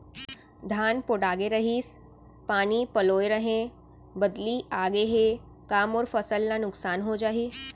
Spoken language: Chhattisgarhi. धान पोठागे रहीस, पानी पलोय रहेंव, बदली आप गे हे, का मोर फसल ल नुकसान हो जाही?